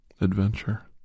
adventure